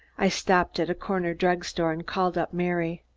i stopped at a corner drug store and called up mary.